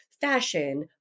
fashion